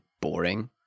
boring